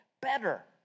better